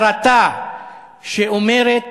חרטה שאומרת: